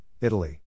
Italy